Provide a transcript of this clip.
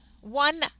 one